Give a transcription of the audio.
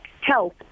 health